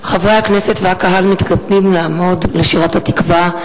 חברי הכנסת והקהל מתכבדים לעמוד לשירת "התקווה".